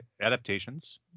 adaptations